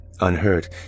Unhurt